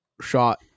shot